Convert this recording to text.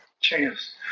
chance